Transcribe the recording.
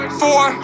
four